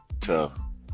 tough